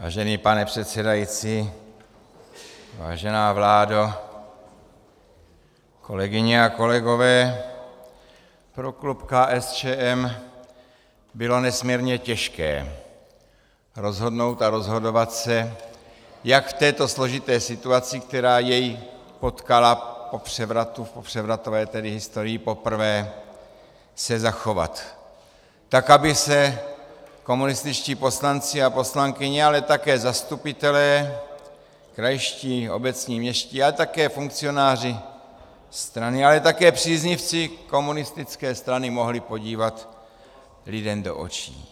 Vážený pane předsedající, vážená vládo, kolegyně a kolegové, pro klub KSČM bylo nesmírně těžké rozhodnout a rozhodovat se, jak v této složité situaci, která jej potkala po převratu, po převratové historii poprvé, se zachovat tak, aby se komunističtí poslanci a poslankyně, ale také zastupitelé, krajští, obecní, městští, ale také funkcionáři strany, ale také příznivci komunistické strany mohli podívat lidem do očí.